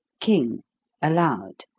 king allowed.